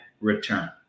return